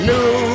New